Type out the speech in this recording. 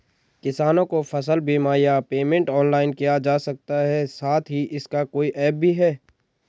किसानों को फसल बीमा या पेमेंट ऑनलाइन किया जा सकता है साथ ही इसका कोई ऐप भी है?